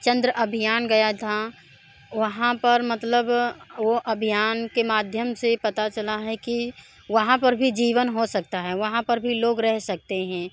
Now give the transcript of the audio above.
चंद्र अभियान गया था वहाँ पर मतलब वो अभियान के माध्यम से पता चला हैं कि वहाँ पर भी जीवन हो सकता हैं वहाँ पर भी लोग रह सकते हैं